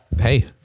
Hey